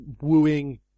wooing